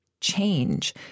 change